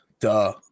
Duh